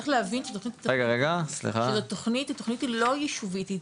צריך להבין שהתוכנית היא לא יישובית,